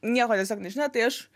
nieko tiesiog nežino tai aš